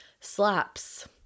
slaps